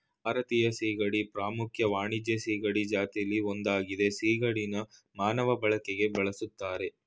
ಭಾರತೀಯ ಸೀಗಡಿ ಪ್ರಮುಖ ವಾಣಿಜ್ಯ ಸೀಗಡಿ ಜಾತಿಲಿ ಒಂದಾಗಯ್ತೆ ಸಿಗಡಿನ ಮಾನವ ಬಳಕೆಗೆ ಬಳುಸ್ತರೆ